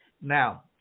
Now